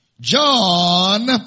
John